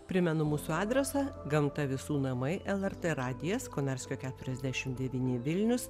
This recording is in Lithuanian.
primenu mūsų adresą gamta visų namai lrt radijas konarskio keturiasdešim devyni vilnius